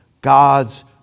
God's